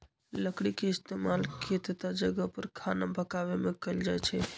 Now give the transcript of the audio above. लकरी के इस्तेमाल केतता जगह पर खाना पकावे मे कएल जाई छई